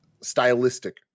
stylistic